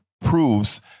proves